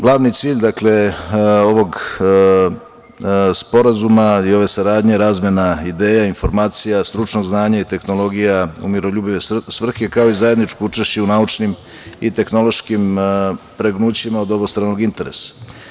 Glavni cilj ovog Sporazuma i ove saradnje je razmena ideja i informacija, stručnog znanja i tehnologija u miroljubive svrhe, kao i zajedničko učešće u naučnim i tehnološkim pregnućima od obostranog interesa.